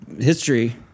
history